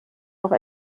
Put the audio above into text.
noch